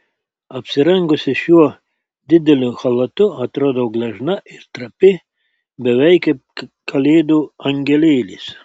apsirengusi šiuo dideliu chalatu atrodau gležna ir trapi beveik kaip kalėdų angelėlis